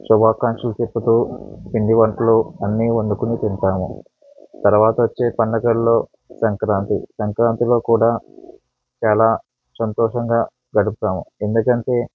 శుభాకాంక్షలు చెప్తు పిండి వంటలు అన్నీ వండుకుని తింటాము తర్వాత వచ్చే పండగలలో సంక్రాంతి సంక్రాంతిలో కూడా చాలా సంతోషంగా గడుపుతాము ఎందుకంటే